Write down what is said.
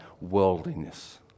worldliness